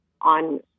on